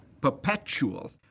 perpetual